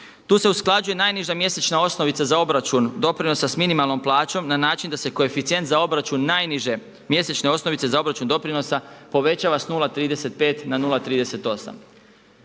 tu se usklađuje najniža mjesečna osnovica za obračun doprinosa s minimalnom plaćom na način da se koeficijent za obračun najniže mjesečne osnovice za obračun doprinosa povećava sa 0,35 na 0,38.